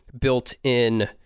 built-in